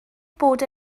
bod